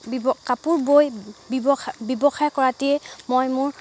কাপোৰ বৈ ব্যৱসায় ব্যৱসায় কৰাটিয়ে মই মোৰ